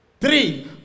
Three